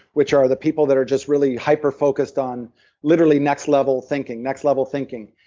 which are the people that are just really hyper focused on literally next-level thinking, next-level thinking.